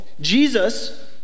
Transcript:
Jesus